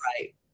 right